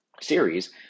series